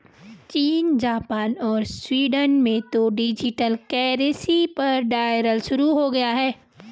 चीन, जापान और स्वीडन में तो डिजिटल करेंसी पर ट्रायल शुरू हो गया है